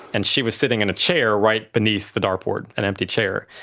and she was sitting in a chair right beneath the dart board, an empty chair.